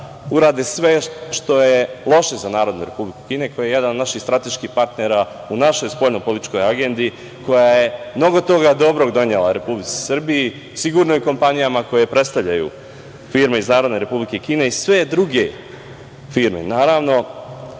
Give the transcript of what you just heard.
urade sve što je loše za Narodnu Republiku Kinu, koja je jedan od naših strateških partnera u našoj spoljnopolitičkoj agendi, koja je mnogo toga dobrog donela Republici Srbiji, sigurno i kompanijama koje predstavljaju firme iz Narodne Republike Kine i sve druge firme